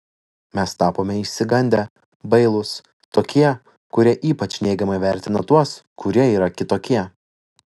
mes tapome išsigandę bailūs tokie kurie ypač neigiamai vertina tuos kurie yra kitokie